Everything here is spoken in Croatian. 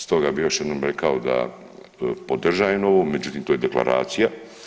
Stoga bih još jednom rekao da podržajem ovo, međutim to je deklaracija.